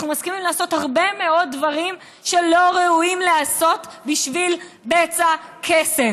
אנחנו מסכימים לעשות הרבה מאוד דברים שלא ראויים להיעשות בשביל בצע כסף.